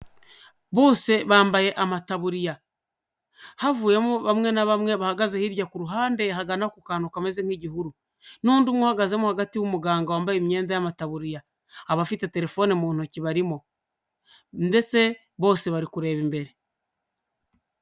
Bose bambaye amataburiya havuyemo bamwe na bamwe, bahagaze hirya ku ruhande hagana ku kantu kameze nk'igihuru, n'undi umwe uhagazemo hagati w'umuganga wambaye imyenda y'amataburiya abafite telefone mu ntoki barimo ndetse bose bari kureba imbere.